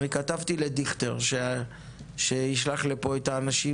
וכתבתי לדיכטר שישלח לפה את האנשים